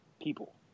people